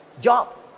job